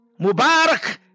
Mubarak